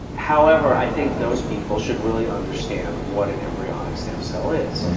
however, i think those people should really understand what an embryonic stem cell is.